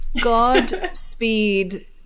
Godspeed